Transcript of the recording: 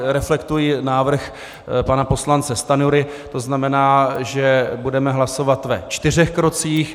Reflektuji návrh pana poslance Stanjury, to znamená, že budeme hlasovat ve čtyřech krocích.